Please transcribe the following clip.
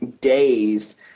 days